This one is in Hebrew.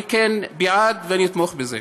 אני בעד, ואתמוך בזה.